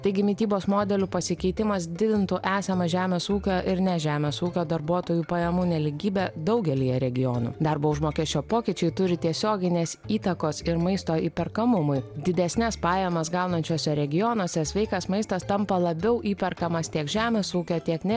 taigi mitybos modelių pasikeitimas didintų esamą žemės ūkio ir ne žemės ūkio darbuotojų pajamų nelygybę daugelyje regionų darbo užmokesčio pokyčiai turi tiesioginės įtakos ir maisto įperkamumui didesnes pajamas gaunančiuose regionuose sveikas maistas tampa labiau įperkamas tiek žemės ūkio tiek ne